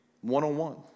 One-on-one